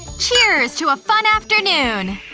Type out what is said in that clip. cheers to a fun afternoon!